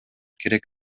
керек